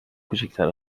کوچیکتر